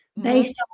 based